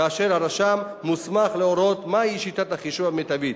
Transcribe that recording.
כאשר הרשם מוסמך להורות מה היא שיטת החישוב המיטבית.